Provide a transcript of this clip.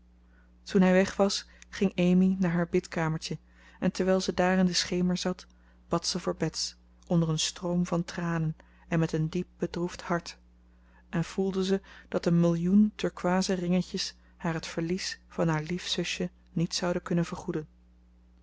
toen hij weg was ging amy naar haar bidkamertje en terwijl ze daar in den schemer zat bad zij voor bets onder een stroom van tranen en met een diep bedroefd hart en voelde ze dat een millioen turkooizen ringen haar het verlies van haar lief zusje niet zouden kunnen vergoeden